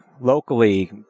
locally